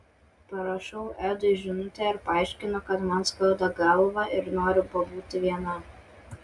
parašau edui žinutę ir paaiškinu kad man skauda galvą ir noriu pabūti viena